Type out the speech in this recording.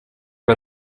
ngo